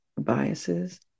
biases